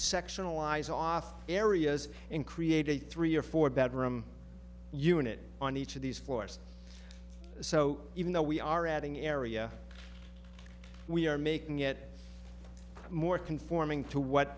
sectional eyes off areas and create a three or four bedroom unit on each of these floors so even though we are adding area we are making it more conforming to what